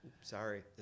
sorry